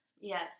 Yes